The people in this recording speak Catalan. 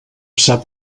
sap